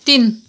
तिन